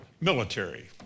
Military